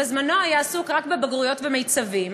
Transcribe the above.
בזמנו היה עסוק רק בבגרויות ובמיצ"בים,